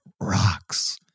rocks